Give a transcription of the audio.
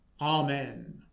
Amen